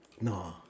No